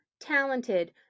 talented